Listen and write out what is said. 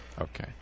Okay